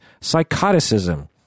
Psychoticism